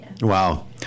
Wow